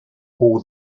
all